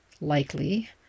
likely